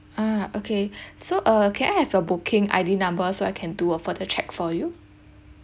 ah okay so uh can I have your booking I_D number so I can do a further check for you